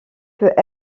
peut